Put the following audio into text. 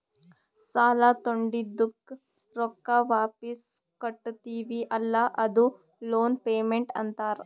ಸಾಲಾ ತೊಂಡಿದ್ದುಕ್ ರೊಕ್ಕಾ ವಾಪಿಸ್ ಕಟ್ಟತಿವಿ ಅಲ್ಲಾ ಅದೂ ಲೋನ್ ಪೇಮೆಂಟ್ ಅಂತಾರ್